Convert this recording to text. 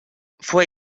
fue